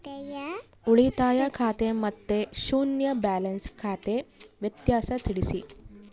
ಉಳಿತಾಯ ಖಾತೆ ಮತ್ತೆ ಶೂನ್ಯ ಬ್ಯಾಲೆನ್ಸ್ ಖಾತೆ ವ್ಯತ್ಯಾಸ ತಿಳಿಸಿ?